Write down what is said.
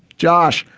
josh,